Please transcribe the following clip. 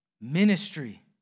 Ministry